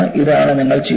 ഇതാണ് നിങ്ങൾ ചെയ്യുന്നത്